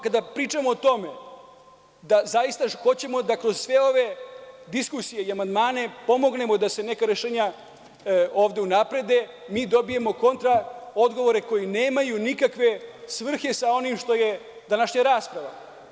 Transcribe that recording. Kada pričamo o tome da zaista hoćemo da kroz sve ove diskusije i amandmane pomognemo da se neka rešenja ovde unaprede, mi dobijemo kontra odgovore koji nemaju nikakve svrhe sa onim što je današnja rasprava.